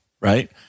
Right